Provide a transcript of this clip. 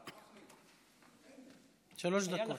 שלוש דקות.